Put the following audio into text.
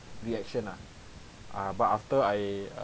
reaction ah uh but after I uh